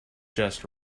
just